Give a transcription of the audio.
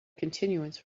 continuance